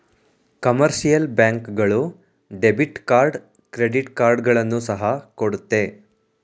commercial bank ಗಳು debit card credit ಕಾರ್ಡ್ಗಳನ್ನು ಸಹ ಕೊಡುತ್ತೆ